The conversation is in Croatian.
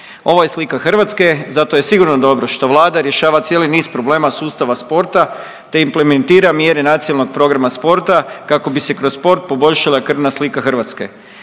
Ovo je slika Hrvatske, zato je sigurno dobro što vlada rješava cijeli niz problema sustava sporta, te implementira mjere Nacionalnog programa sporta kako bi se kroz sport poboljšala krvna slika Hrvatske.